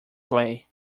play